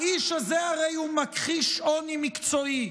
האיש הזה הוא הרי מכחיש עוני מקצועי.